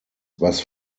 was